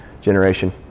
generation